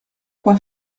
quoi